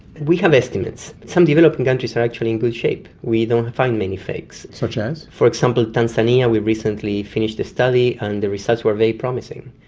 we have estimates. some developing countries are actually in good shape. we don't find many fakes. such as? for example, tanzania, we recently finished a study and the results were very promising.